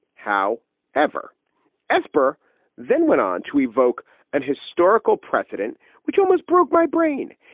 how ever esper then went on to evoke an historical precedent which almost broke my brain.